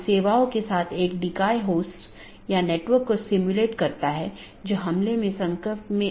BGP का विकास routing सूचनाओं को एकत्र करने और संक्षेपित करने के लिए हुआ है